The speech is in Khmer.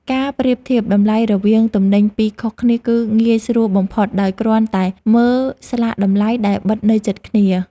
ការប្រៀបធៀបតម្លៃរវាងទំនិញពីរខុសគ្នាគឺងាយស្រួលបំផុតដោយគ្រាន់តែមើលស្លាកតម្លៃដែលបិទនៅជិតគ្នា។